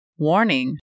Warning